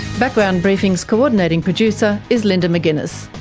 background briefing's coordinating producer is linda mcginness,